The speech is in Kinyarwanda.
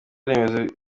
remezo